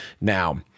now